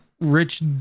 rich